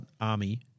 army